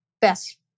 best